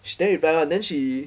she never reply lah then she